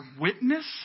witness